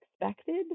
expected